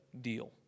deal